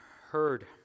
heard